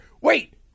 wait